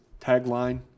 tagline